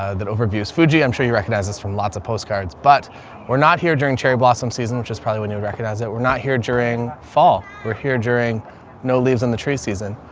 ah that overviews fuji. i'm sure you recognize this from lots of postcards, but we're not here during cherry blossom season, which is probably when you would recognize it. we're not here during fall. we're here during no leaves on the tree season,